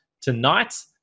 tonight